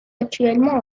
actuellement